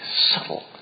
subtle